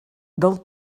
del